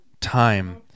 time